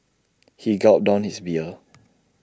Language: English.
he gulped down his beer